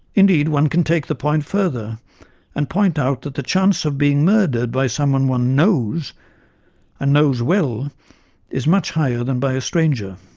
indeed one can take the point further and point out that the chance of being murdered by someone one knows ah knows well is much higher than by a stranger